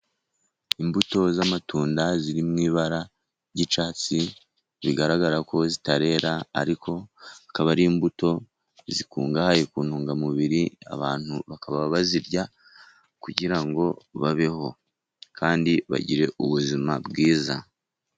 Imbuto z'amatunda ziri mu ibara ry'icyatsi bigaragara ko zitare arikokaba ari imbuto zikungahaye ku ntungamubiri abantu bakaba bazirya kugira ngo babeho kandi bagire ubuzima bwiza.